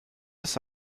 ist